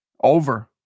over